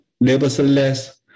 Nevertheless